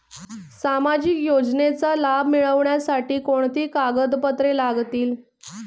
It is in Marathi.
सामाजिक योजनेचा लाभ मिळण्यासाठी कोणती कागदपत्रे लागतील?